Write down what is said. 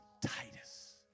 Titus